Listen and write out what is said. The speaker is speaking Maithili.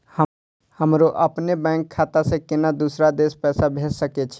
हमरो अपने बैंक खाता से केना दुसरा देश पैसा भेज सके छी?